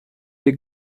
the